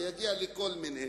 יגיע לכל מיני.